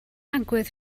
agwedd